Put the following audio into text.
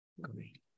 Great